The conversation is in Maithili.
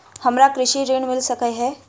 हमरा कृषि ऋण मिल सकै है?